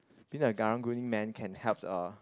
being a Karang-Guni Man can help uh